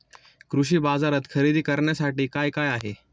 कृषी बाजारात खरेदी करण्यासाठी काय काय आहे?